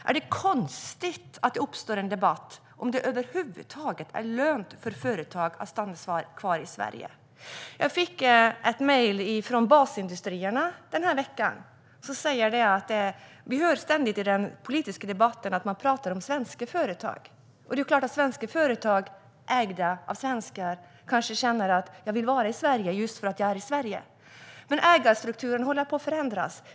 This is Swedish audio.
Är det konstigt att det uppstår en debatt om huruvida det över huvud taget är lönt för företag att stanna kvar i Sverige? Jag fick ett mejl från basindustrierna den här veckan. De säger: Vi hör ständigt i den politiska debatten att man pratar om svenska företag. Det är klart att svenska företag, ägda av svenskar, kan känna att de vill vara i Sverige just för att det är Sverige. Men ägarstrukturen håller på att förändras.